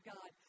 God